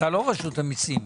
אתה לא רשות המיסים.